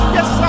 Yes